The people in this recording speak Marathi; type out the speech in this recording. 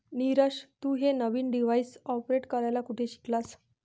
नीरज, तू हे नवीन डिव्हाइस ऑपरेट करायला कुठे शिकलास?